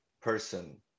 person